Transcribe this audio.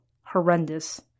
Horrendous